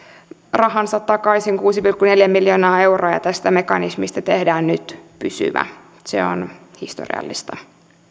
rahansa takaisin kuusi pilkku neljä miljoonaa euroa ja tästä mekanismista tehdään nyt pysyvä se on historiallista